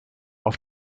auf